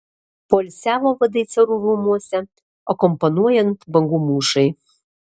poilsiavo vadai carų rūmuose akompanuojant bangų mūšai